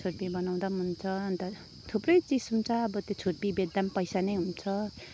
छुर्पी बनाउँदा पनि हुन्छ अन्त थुप्रै चिज हुन्छ अब त्यो छुर्पी बेच्दा पनि पैसा नै हुन्छ